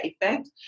effect